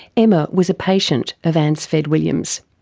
emma was a patient of anne sved williams.